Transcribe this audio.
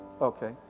Okay